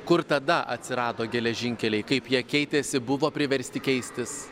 kur tada atsirado geležinkeliai kaip jie keitėsi buvo priversti keistis